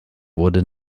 wurde